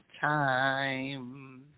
time